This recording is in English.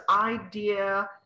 idea